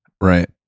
Right